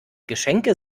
geschenke